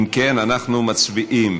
אם כן, אנחנו מצביעים